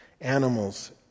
animals